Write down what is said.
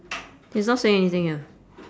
he's not saying anything here